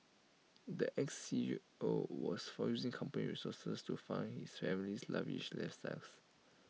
the Ex C E O was found using company resources to fund his family's lavish lifestyles